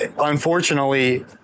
unfortunately